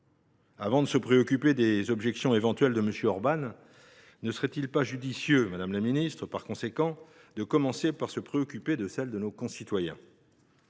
Avant de se préoccuper des objections éventuelles de M. Orbán, ne serait il pas judicieux de commencer par se préoccuper de celles de nos concitoyens ?